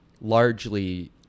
largely